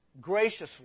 graciously